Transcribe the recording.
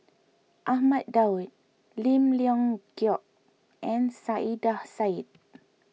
Ahmad Daud Lim Leong Geok and Saiedah Said